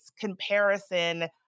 comparison